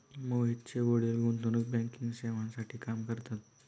मोहितचे वडील गुंतवणूक बँकिंग सेवांसाठी काम करतात